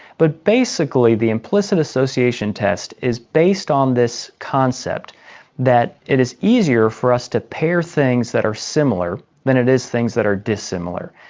but basically the implicit association test is based on this concept that it is easier for us to pair things that are similar than it is things that are dissimilar.